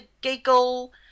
giggle